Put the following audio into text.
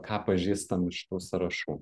ką pažįstam iš tų sąrašų